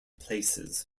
places